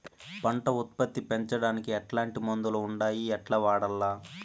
పంట ఉత్పత్తి పెంచడానికి ఎట్లాంటి మందులు ఉండాయి ఎట్లా వాడల్ల?